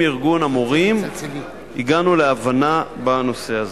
ארגון המורים הגענו להבנה בנושא הזה.